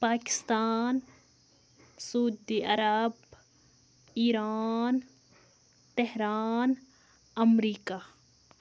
Pakistan Saudi Arab Iran Tehran America